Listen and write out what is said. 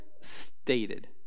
stated